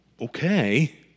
okay